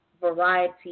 variety